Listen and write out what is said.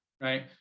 right